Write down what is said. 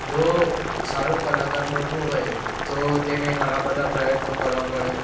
જો સારું કલાકાર બનવું હોય તો તેને ઘણા બધા પ્રયત્નો કરવા પડે